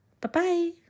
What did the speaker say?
Bye-bye